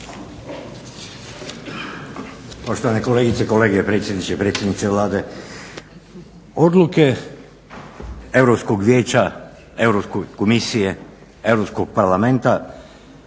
Poštovane kolegice i kolege, predsjedniče Vlade. Odluke Europskog vijeća, Europske komisije, Europskog parlamenta